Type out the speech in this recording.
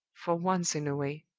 for once in a way.